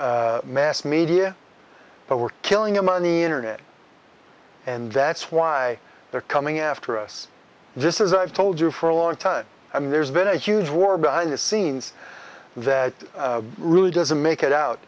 the mass media but we're killing a money internet and that's why they're coming after us this is i've told you for a long time i mean there's been a huge war behind the scenes that really doesn't make it out